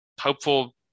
hopeful